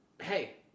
hey